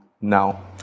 now